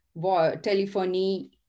Telephony